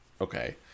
okay